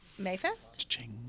Mayfest